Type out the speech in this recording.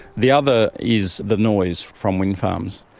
the other is the noise from wind farms.